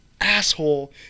asshole